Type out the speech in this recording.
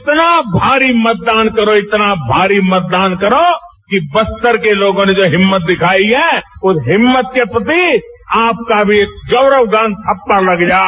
इतना भारी मतदान करो इतना भारी मतदान करो कि बस्तर के लोगों ने जो हिम्मत दिखाई है उस हिम्मत के प्रति आपका भी गौरवगान ठप्पा लग जाए